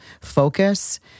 focus